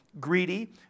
greedy